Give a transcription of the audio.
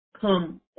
come